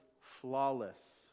flawless